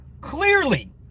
clearly